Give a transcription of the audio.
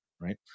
right